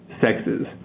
sexes